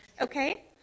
okay